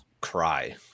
cry